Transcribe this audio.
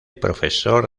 profesor